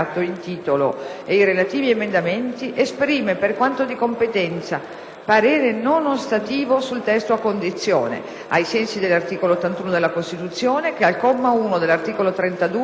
ed i relativi emendamenti esprime, per quanto di competenza, parere non ostativo sul testo a condizione, ai sensi dell'articolo 81 della Costituzione, che al comma 1 dell'articolo 32 le parole: